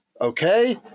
okay